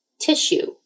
tissue